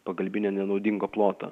pagalbinio nenaudingo ploto